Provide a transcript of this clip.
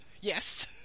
Yes